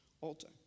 altar